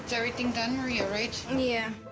everything done maria, right? yeah.